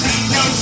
no